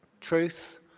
truth